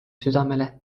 südamele